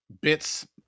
bits